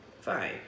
Fine